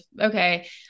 okay